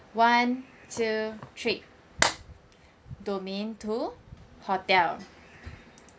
one two three domain two hotel